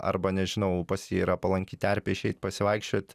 arba nežinau pas jį yra palanki terpė išeit pasivaikščiot